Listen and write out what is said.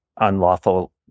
unlawful